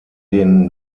den